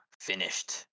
finished